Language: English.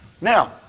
Now